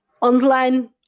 online